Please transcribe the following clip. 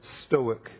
stoic